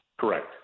Correct